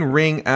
ring